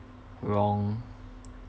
wrong